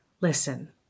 listen